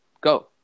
go